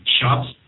shops